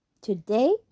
today